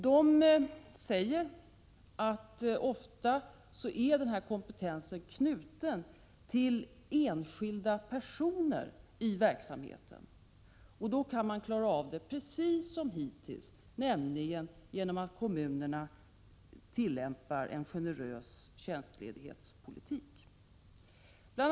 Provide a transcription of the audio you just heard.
De säger att denna kompetens ofta är knuten till enskilda personer i verksamheten och att man därför kan klara av det på precis samma sätt som hittills, nämligen genom att kommunerna tillämpar en generös tjänstledighetspolitik. Bl.